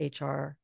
HR